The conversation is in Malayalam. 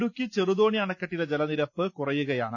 ഇടുക്കി ചെറുതോണി അണക്കെട്ടിലെ ജലനിരപ്പ് കുറയുകയാണ്